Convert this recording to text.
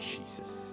Jesus